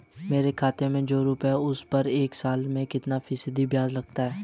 मेरे खाते में जो रुपये हैं उस पर एक साल में कितना फ़ीसदी ब्याज लगता है?